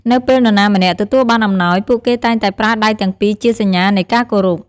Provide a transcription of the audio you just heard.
នៅពេលនរណាម្នាក់ទទួលបានអំណោយ ពួកគេតែងតែប្រើដៃទាំងពីរជាសញ្ញានៃការគោរព។